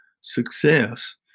success